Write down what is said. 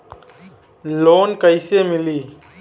Loan कइसे मिलि?